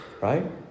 Right